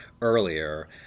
earlier